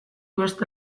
beste